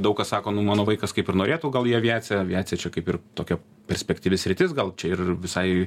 daug kas sako nu mano vaikas kaip ir norėtų gal į aviaciją aviacija čia kaip ir tokia perspektyvi sritis gal čia ir visai